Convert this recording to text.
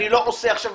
אני לא עושה עכשיו